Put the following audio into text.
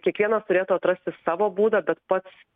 kiekvienas turėtų atrasti savo būdą bet pats